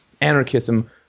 anarchism